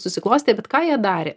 susiklostė bet ką jie darė